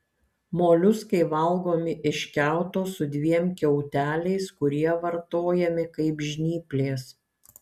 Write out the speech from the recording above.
moliuskai valgomi iš kiauto su dviem kiauteliais kurie vartojami kaip žnyplės